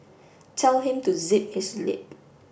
tell him to zip his lip